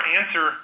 answer